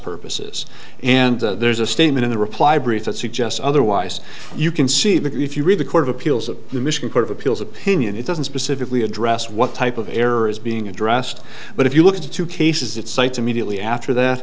purposes and there's a statement in the reply brief that suggests otherwise you can see that if you read the court of appeals of the michigan court of appeals opinion it doesn't specifically address what type of error is being addressed but if you look at the two cases it cites immediately after that